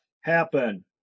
happen